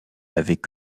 n’avaient